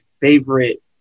favorite